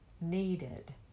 needed